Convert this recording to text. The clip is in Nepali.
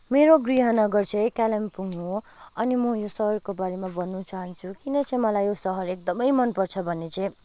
मेरो गृहनगर चाहिँ कालिम्पोङ हो अनि म यो सहरको बारेमा भन्नु चाहन्छु किन चाहिँ मलाई यो सहर एकदमै मन पर्छ भने चाहिँ